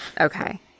Okay